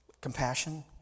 compassion